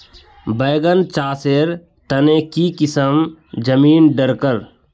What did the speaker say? बैगन चासेर तने की किसम जमीन डरकर?